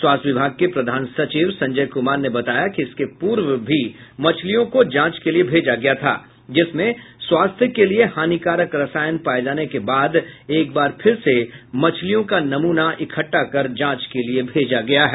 स्वास्थ्य विभाग के प्रधान सचिव संजय कुमार ने बताया कि इसके पूर्व भी मछलियों को जांच के लिये भेजा गया था जिसमें स्वास्थ्य के लिए हानिकारक रसायन पाये जाने के बाद एक बार फिर से मछलियां का नमूना इकट्ठा कर जांच के लिये भेजा गया है